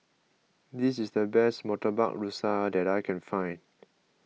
this is the best Murtabak Rusa that I can find